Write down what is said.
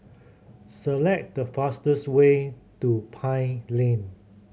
select the fastest way to Pine Lane